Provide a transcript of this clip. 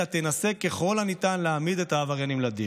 אלא תנסה ככל הניתן להעמיד את העבריינים לדין.